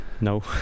No